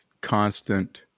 constant